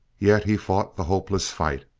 yet he fought the hopeless fight.